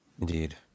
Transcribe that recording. Indeed